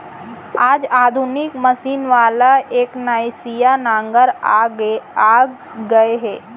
आज आधुनिक मसीन वाला एकनसिया नांगर आ गए हे